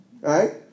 Right